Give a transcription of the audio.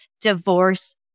Divorce